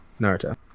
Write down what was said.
Naruto